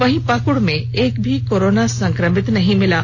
वहीं पाकुड़ में एक भी कोरोना संक्रमित नहीं मिले